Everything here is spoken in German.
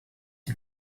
die